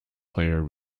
player